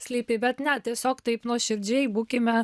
slypi bet ne tiesiog taip nuoširdžiai būkime